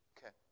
Okay